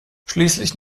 schließlich